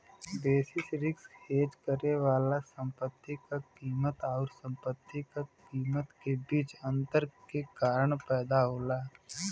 basis risk hedge करे वाला संपत्ति क कीमत आउर संपत्ति क कीमत के बीच अंतर के कारण पैदा होला